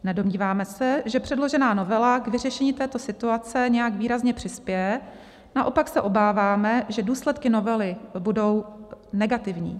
Nedomníváme se, že předložená novela k vyřešení této situace nějak výrazně přispěje, naopak se obáváme, že důsledky novely budou negativní.